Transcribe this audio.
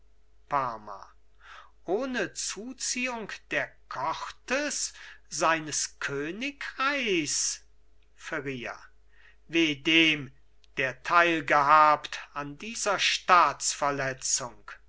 ohne zuziehung der cortes seines königreichs feria weh dem der teilgehabt an dieser